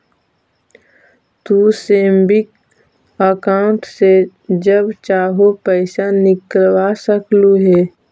तू saving account से जब चाहो पैसे निकलवा सकलू हे